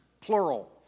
plural